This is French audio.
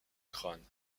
crâne